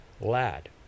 lad